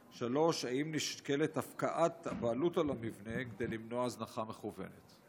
3. האם נשקלת הפקעת בעלות על המבנה כדי למנוע הזנחה מכוונת?